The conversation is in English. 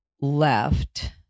left